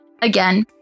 Again